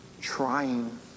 trying